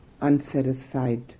unsatisfied